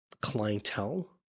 clientele